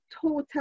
total